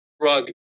drug